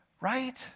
Right